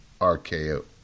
RKO